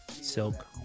Silk